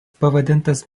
pavadintas